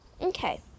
Okay